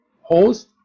host